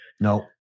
No